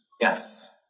Yes